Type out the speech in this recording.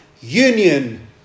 Union